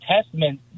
Testament